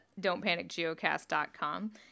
don'tpanicgeocast.com